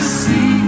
see